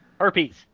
herpes